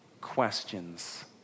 questions